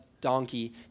donkey